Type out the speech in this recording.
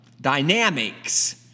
dynamics